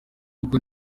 uko